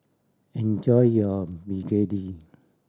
enjoy your begedil